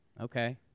Okay